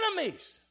Enemies